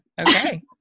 okay